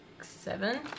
seven